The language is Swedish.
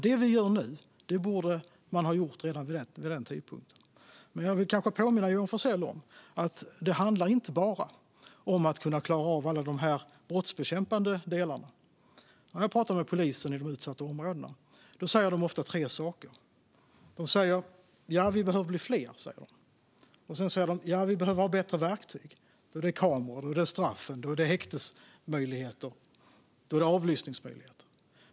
Det vi gör nu borde man ha gjort redan vid den tidpunkten. Jag vill påminna Johan Forssell om att det inte bara handlar om att klara av alla de brottsbekämpande delarna. När jag talar med polisen i de utsatta områdena säger de ofta tre saker. De säger att de behöver bli fler. De säger att de behöver ha bättre verktyg - då handlar det om kameror, straff, häktesmöjligheter och avlyssningsmöjligheter.